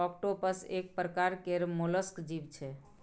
octopus एक परकार केर मोलस्क जीव छै